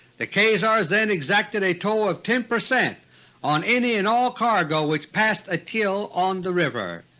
the khazars then exacted a toll of ten percent on any and all cargo which passed itil on the river.